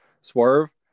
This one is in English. Swerve